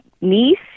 niece